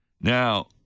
Now